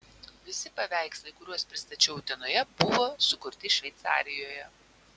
visi paveikslai kuriuos pristačiau utenoje buvo sukurti šveicarijoje